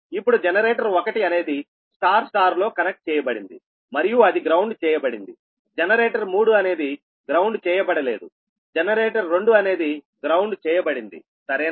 ఇప్పుడు జనరేటర్ 1 అనేది Y Y లో కనెక్ట్ చేయబడింది మరియు అది గ్రౌండ్ చేయబడింది జనరేటర్ 3 అనేది గ్రౌండ్ చేయబడలేదు జనరేటర్ 2 అనేది గ్రౌండ్ చేయబడింది సరేనా